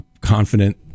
confident